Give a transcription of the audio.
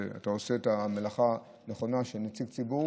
אתה עושה את המלאכה הנכונה של נציג ציבור